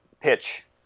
pitch